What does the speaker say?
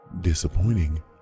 Disappointing